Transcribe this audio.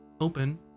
open